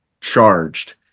charged